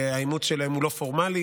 שהאימוץ שלהם הוא לא פורמלי,